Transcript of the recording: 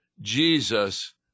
Jesus